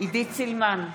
עידית סילמן,